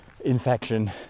infection